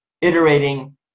iterating